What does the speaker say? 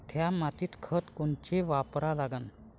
थ्या मातीत खतं कोनचे वापरा लागन?